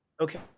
Okay